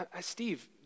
Steve